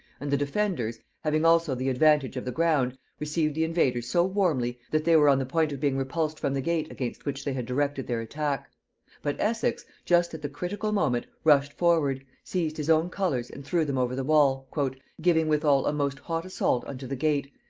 and the defenders, having also the advantage of the ground, received the invaders so warmly that they were on the point of being repulsed from the gate against which they had directed their attack but essex, just at the critical moment, rushed forward, seized his own colors and threw them over the wall giving withal a most hot assault unto the gate,